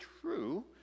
true